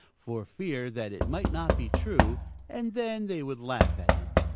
for fear that it might not be true, and then they would laugh at him.